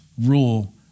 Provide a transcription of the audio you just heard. rule